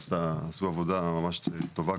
שבאמת עשו עבודה ממש טובה,